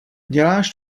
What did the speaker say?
děláš